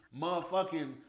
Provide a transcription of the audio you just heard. Motherfucking